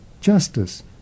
justice